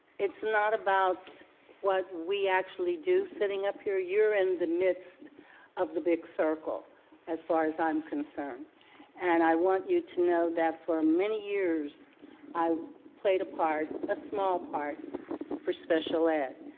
it's not about what we actually do sitting up here. you're in the midst of the big circle as far as i'm concerned and i want you to know that for many years i played a part, a small part for special ed.